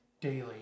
daily